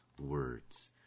words